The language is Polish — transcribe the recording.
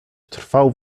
trwał